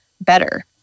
better